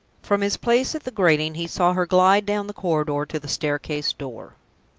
from his place at the grating he saw her glide down the corridor to the staircase door.